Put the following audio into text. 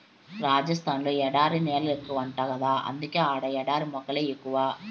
రాజస్థాన్ ల ఎడారి నేలెక్కువంట గదా అందుకే ఆడ ఎడారి మొక్కలే ఎక్కువ